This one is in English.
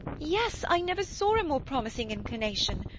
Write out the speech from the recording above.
yes i never saw a more promising inclination.